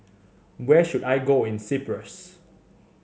where should I go in Cyprus